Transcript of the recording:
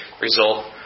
result